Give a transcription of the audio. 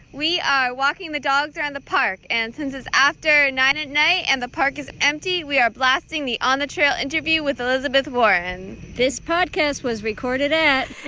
we are walking the dogs around and the park. and since it's after nine at night and the park is empty, we are blasting the on-the-trail interview with elizabeth warren this podcast was recorded at.